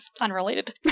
unrelated